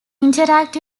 interact